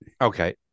Okay